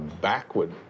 backward